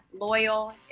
loyal